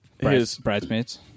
Bridesmaids